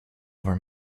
over